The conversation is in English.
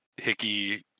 Hickey